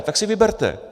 Tak si vyberte.